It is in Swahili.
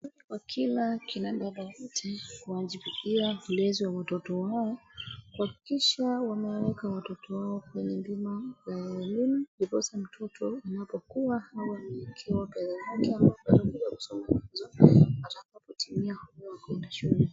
Kwa kila kila mwananchi, huwajibikia kuleza watoto wao, kuhakikisha kuweka watoto wao kwenye bima za elimu ndiposa mtoto anapokua awe amewekewa karo yake ama kuwa na pesa hizo, anapotimia umri wa kwenda shule.